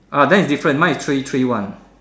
ah then is different mine is three three one